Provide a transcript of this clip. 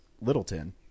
Littleton